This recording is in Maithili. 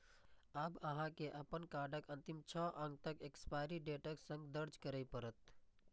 आब अहां के अपन कार्डक अंतिम छह अंक एक्सपायरी डेटक संग दर्ज करय पड़त